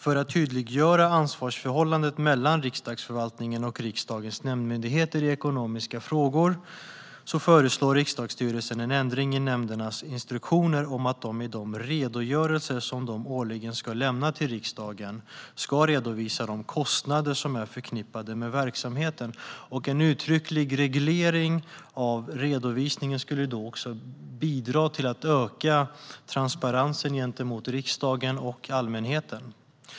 För att tydliggöra ansvarsförhållandet mellan Riksdagsförvaltningen och riksdagens nämndmyndigheter i ekonomiska frågor föreslår riksdagsstyrelsen en ändring i nämndernas instruktioner om att de i de redogörelser som de årligen ska lämna till riksdagen ska redovisa de kostnader som är förknippade med verksamheten. En uttrycklig reglering av redovisningen skulle bidra till att öka transparensen gentemot riksdagen och allmänheten.